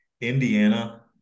Indiana